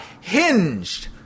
hinged